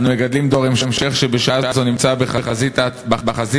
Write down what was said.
אנו מגדלים דור המשך שבשעה זו נמצא בחזית הצבאית,